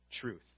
truth